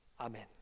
Amen